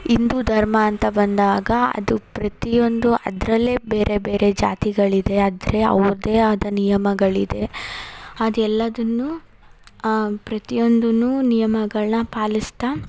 ಹಿಂದೂ ಧರ್ಮ ಅಂತ ಬಂದಾಗ ಅದು ಪ್ರತಿಯೊಂದು ಅದರಲ್ಲೇ ಬೇರೆ ಬೇರೆ ಜಾತಿಗಳಿದೆ ಆದರೆ ಅವ್ರದ್ದೇ ಆದ ನಿಯಮಗಳಿದೆ ಅದು ಎಲ್ಲದನ್ನು ಪ್ರತಿಯೊಂದೂ ನಿಯಮಗಳನ್ನ ಪಾಲಿಸ್ತಾ